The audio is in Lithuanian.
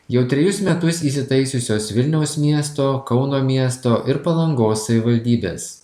jau trejus metus įsitaisiusios vilniaus miesto kauno miesto ir palangos savivaldybės